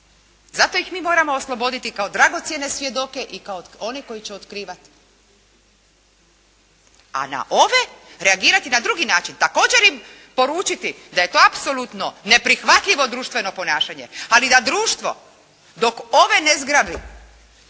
Zato ih mi moramo osloboditi kao dragocjene svjedoke i kao one koji će otkrivati. A na ove reagirati na drugi način, također im poručiti da je to apsolutno neprihvatljivo društveno ponašanje, ali da društvo dok ove ne zgrabi